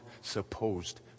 supposed